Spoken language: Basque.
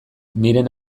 miren